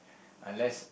unless